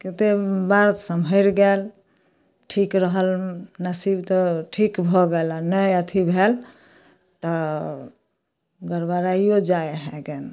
कतेक बेर सम्हरि गेल ठीक रहल नसीब तऽ ठीक भऽ गेल आओर नहि अथी भेल तऽ गड़बड़ाइओ जाइ हइ जानू